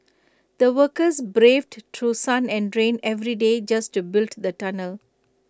the workers braved through sun and rain every day just to build the tunnel